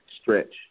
stretch